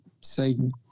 Satan